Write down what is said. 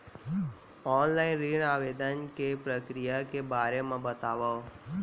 Online ऋण आवेदन के प्रक्रिया के बारे म बतावव?